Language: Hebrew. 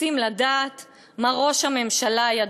רוצים לדעת מה ראש הממשלה ידע.